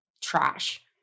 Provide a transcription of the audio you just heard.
trash